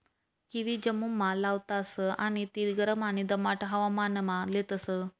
kiwi जम्मुमा लावतास आणि ती गरम आणि दमाट हवामानमा लेतस